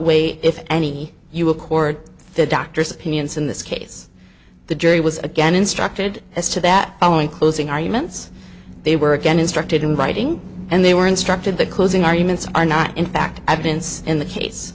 way if any you accord the doctor's opinion sin this case the jury was again instructed as to that following close in arguments they were again instructed in writing and they were instructed the closing arguments are not in fact i've been in the case